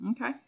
Okay